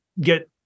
get